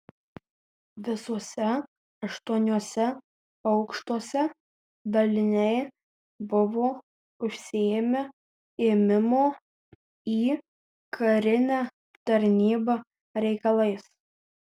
visuose aštuoniuose aukštuose daliniai buvo užsiėmę ėmimo į karinę tarnybą reikalais